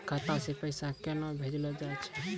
खाता से पैसा केना भेजलो जाय छै?